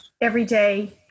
everyday